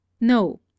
No